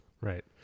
Right